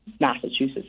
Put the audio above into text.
Massachusetts